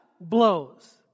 blows